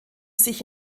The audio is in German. sich